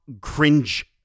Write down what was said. cringe